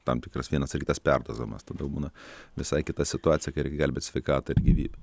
tam tikras vienas ar kitas perdozavimas tada jau būna visai kita situacija kai reikia gelbėt sveikatą ir gyvybę